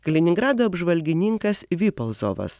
kaliningrado apžvalgininkas vipalzovas